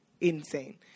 insane